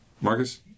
Marcus